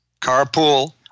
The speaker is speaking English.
Carpool